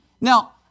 Now